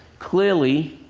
clearly,